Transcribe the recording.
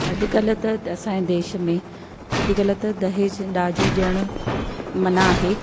अॼुकल्ह त असांजे देश में अॼुकल्ह त दहेज डाजू ॾियणु मना आहे